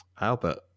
Albert